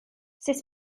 sut